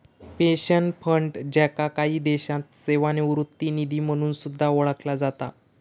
pension fund, ज्याका काही देशांत सेवानिवृत्ती निधी म्हणून सुद्धा ओळखला जाता